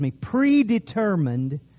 predetermined